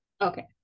okay